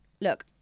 look